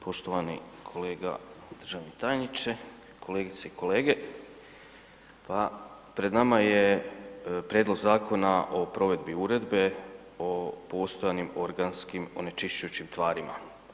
Poštovani kolega državni tajnice, kolegice i kolege, pa pred nama je Prijedlog Zakona o provedbi Uredbe o postojanim organskim onečišćujućim tvarima.